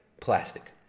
plastic